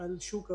על שוק ההון.